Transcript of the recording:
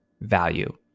value